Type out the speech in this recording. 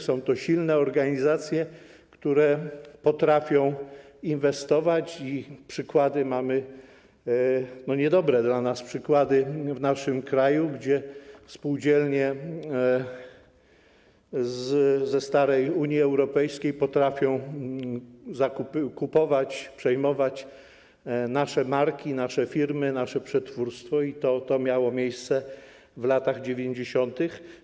Są to silne organizacje, które potrafią inwestować, i przykłady mamy, niedobre dla nas przykłady, w naszym kraju, gdzie spółdzielnie ze starej Unii Europejskiej potrafią kupować, przejmować nasze marki, nasze firmy, nasze przetwórstwo - i to miało miejsce w latach 90.